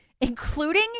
including